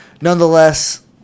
nonetheless